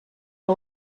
que